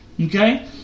Okay